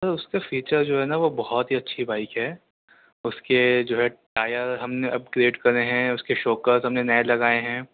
سر اس کے فیچر جو ہے نا وہ بہت ہی اچھی بائک ہے اس کے جو ہے ٹایر ہم نے اپگریٹ کرے ہیں اس کے شوکرس ہم نے نئے لگائے ہیں